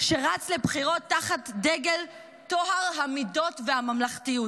שרץ לבחירות תחת דגל טוהר המידות והממלכתיות.